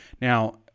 Now